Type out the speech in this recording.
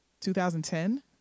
2010